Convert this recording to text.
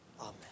Amen